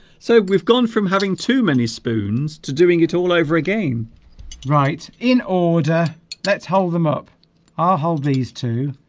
so we've gone from having too many spoons to doing it all over again right in order let's hold them up i'll ah hold these too